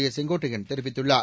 ஏ செங்கோட்டையன் தெரிவித்துள்ளார்